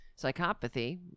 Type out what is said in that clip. Psychopathy